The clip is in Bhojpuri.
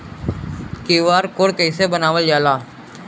क्यू.आर कोड कइसे बनवाल जाला?